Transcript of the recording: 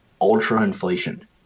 ultra-inflation